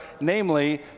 namely